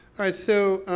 right so,